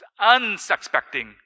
Unsuspecting